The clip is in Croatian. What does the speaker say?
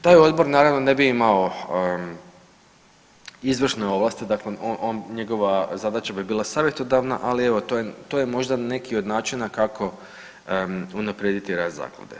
Taj odbor naravno ne bi imao izvršne ovlasti, dakle njegova zadaća bi bila savjetodavna, ali evo to je, to je možda neki od načina kako unaprijediti rad zaklade.